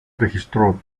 registró